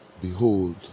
Behold